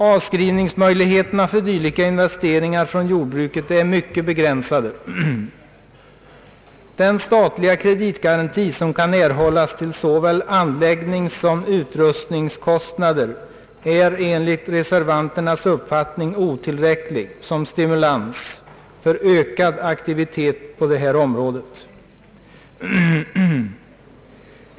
Avskrivningsmöjligheterna när det gäller dylika investeringar inom jordbruket är mycket begränsade, Den statliga kreditgaranti som kan erhållas till såväl anläggningssom utrustningskostnader är enligt reservanternas uppfattning otillräcklig som stimulans för ökad aktivitet på detta område.